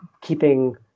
keeping